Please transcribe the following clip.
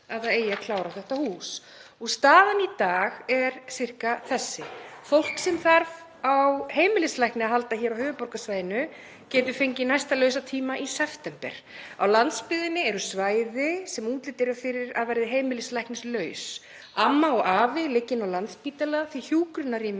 að það eigi að klára þetta hús.“ Staðan í dag er sirka þessi: Fólk sem þarf á heimilislækni að halda hér á höfuðborgarsvæðinu getur fengið næsta lausa tíma í september. Á landsbyggðinni eru svæði sem útlit er fyrir að verði heimilislæknislaus. Amma og afi liggja inni á Landspítala því að hjúkrunarrými